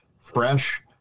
fresh